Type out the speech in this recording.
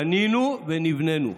בנינו ונבנינו"